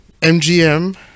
MGM